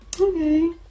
Okay